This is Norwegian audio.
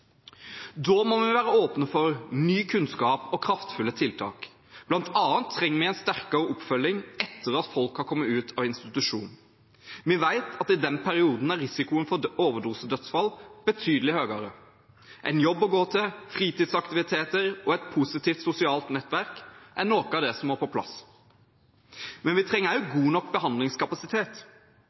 Da må vi være åpne for ny kunnskap og kraftfulle tiltak. Blant annet trengs det en sterkere oppfølging etter at folk har kommet ut av institusjon. Vi vet at i den perioden er risikoen for overdosedødsfall betydelig høyere. En jobb å gå til, fritidsaktiviteter og et positivt sosialt nettverk er noe av det som må på plass. Men vi trenger også god nok behandlingskapasitet.